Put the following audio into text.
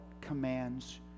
commands